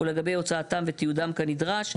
ולגבי הוצאתם ותיעודם כנדרש".